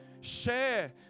Share